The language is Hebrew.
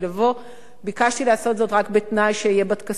ביקשתי לעשות זאת רק בתנאי שאהיה בטקסים הממלכתיים של